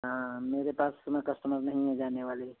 हाँ मेरे पास इस समय कस्टमर नहीं हैं जाने वाले